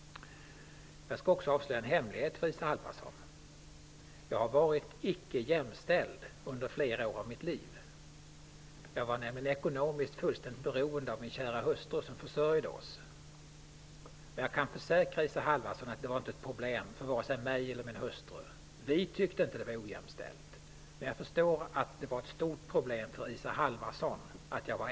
Jag skall avslöja en hemlighet för Isa Halvarsson. Jag har varit icke-jämställd under flera år av mitt liv. Jag var nämligen ekonomiskt fullständigt beroende av min kära hustru som försörjde oss. Jag kan försäkra Isa Halvarsson att det inte var ett problem för vare sig mig eller min hustru. Vi tyckte inte att det var ojämställt. Jag förstår att det är ett stort problem för Isa Halvarsson.